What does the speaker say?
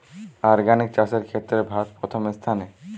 organic চাষের ক্ষেত্রে ভারত প্রথম স্থানে